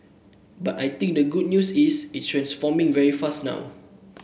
but I think the good news is it's transforming very fast now